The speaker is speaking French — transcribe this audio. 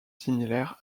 similaires